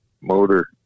motor